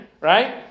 right